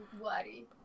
worry